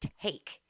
take